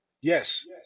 Yes